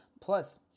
Plus